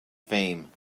fame